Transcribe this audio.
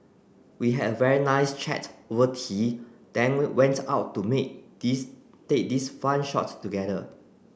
we had a very nice chat over tea then we went out to me this take this fun shot together